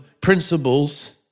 principles